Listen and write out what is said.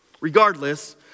Regardless